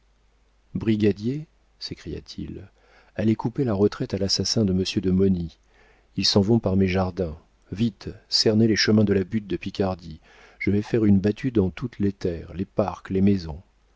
brigadier s'écria-t-il allez couper la retraite à l'assassin de monsieur de mauny ils s'en vont par mes jardins vite cernez les chemins de la butte de picardie je vais faire une battue dans toutes les terres les parcs les maisons